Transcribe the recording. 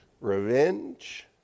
revenge